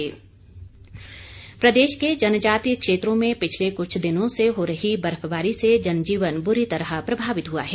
मौसम प्रदेश के जनजातीय क्षेत्रों में पिछले क्छ दिनों से हो रही बर्फवारी से जनजीवन बुरी तरह प्रभावित हुआ है